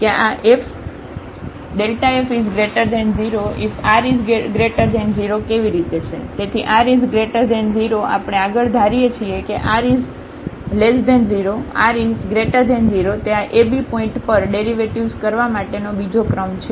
તેથી r 0 આપણે આગળ ધારીએ છીએ કે r 0 r 0 તે આ ab પોઇન્ટ પર ડેરિવેટિવ્ઝ કરવા માટેનો બીજો ક્રમ છે